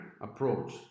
approach